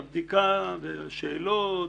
הבדיקה, השאלות,